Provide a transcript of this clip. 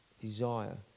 desire